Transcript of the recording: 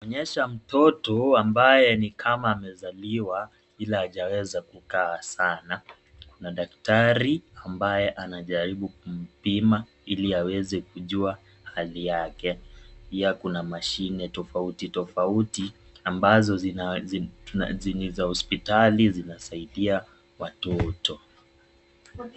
Inaonyesha mtoto ambaye ni kama amezaliwa ila hajaweza kukaa sana na daktari ambaye anajaribu kumpima ili aweze kujua hali yake, pia kuna mashine tofautitofauti ambazo ni za hospitali zinasaidia watoto.